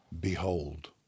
behold